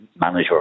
manager